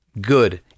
Good